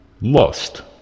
lust